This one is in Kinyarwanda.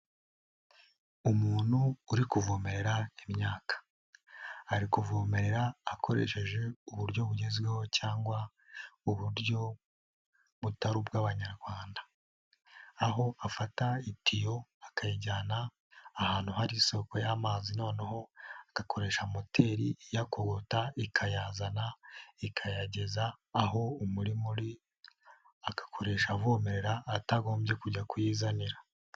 Umuntu uri kuvomerera imyaka, ari kuvomerera akoresheje uburyo bugezweho cyangwa uburyo butari ubw'Abanyarwanda, aho afata itiyo akayayijyana ahantu hari isoko y'amazi noneho, agakoresha moteri, iyakogota, ikayazana, ikayageza aho umurima uri, agakoresha avomerera, atagombye kujya kuyizanira.